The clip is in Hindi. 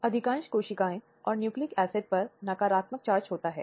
इस अपराध में एक महिला के साथ घिनौना गैर सहमति संभोग शामिल है